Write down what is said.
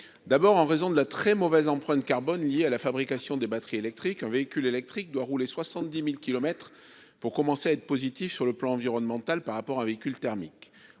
d'abord en raison de la très mauvaise empreinte carbone liée à la fabrication des batteries électriques, un véhicule électrique doit rouler 70.000 kilomètres pour commencer à être positif sur le plan environnemental, par rapport à un véhicule thermique